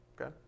Okay